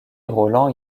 roland